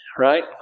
right